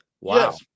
wow